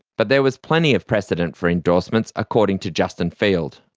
but there was plenty of precedent for endorsements, according to justin field.